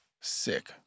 Sick